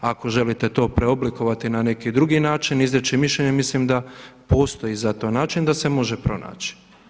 Ako želite to preoblikovati na neki drugi način izreći mišljenje, mislim da postoji za to način da se može pronaći.